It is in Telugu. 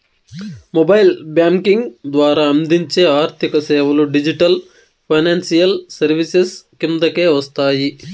మొబైల్ బ్యాంకింగ్ ద్వారా అందించే ఆర్థిక సేవలు డిజిటల్ ఫైనాన్షియల్ సర్వీసెస్ కిందకే వస్తాయి